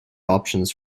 options